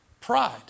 pride